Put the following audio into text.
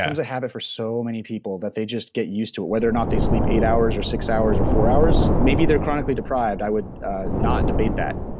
a habit for so many people that they just get used to it, whether or not they sleep eight hours or six hours or four hours. maybe their chronically deprived, i would not debate that,